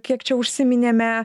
kiek čia užsiminėme